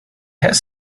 has